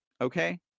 Okay